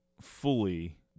fully